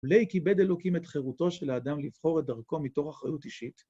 ולהכיבד אלוקים את חירותו של האדם לבחור את דרכו מתוך אחריות אישית.